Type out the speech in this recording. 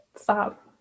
stop